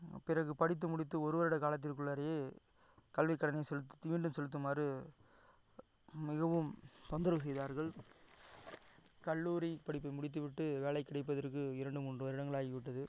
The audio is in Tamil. பிறகு படித்து முடித்து ஒரு வருட காலத்திற்குள்ளாரையே கல்விக் கடனை செலுத்தி மீண்டும் செலுத்துமாறு மிகவும் தொந்தரவு செய்தார்கள் கல்லூரி படிப்பை முடித்துவிட்டு வேலை கிடைப்பதற்கு இரண்டு மூன்று வருடங்கள் ஆகிவிட்டது